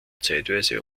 zeitweise